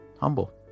humble